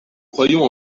croyons